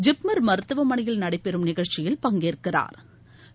ஜிப்மர் மருத்துவமனையில் நடைபெறும் நிகழ்ச்சியில் பங்கேற்கிறாா்